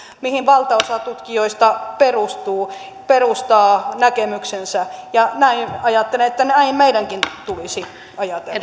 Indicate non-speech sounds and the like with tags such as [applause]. mihin valtaosa tutkijoista perustaa näkemyksensä ajattelen että näin meidänkin tulisi ajatella [unintelligible]